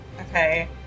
Okay